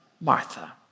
Martha